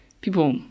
people